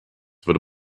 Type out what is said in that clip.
würde